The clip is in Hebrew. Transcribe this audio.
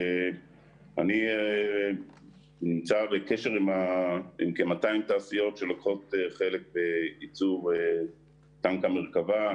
אני נמצא בקשר עם כ-200 תעשיות שלוקחות חלק בייצור טנק המרכבה,